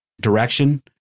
direction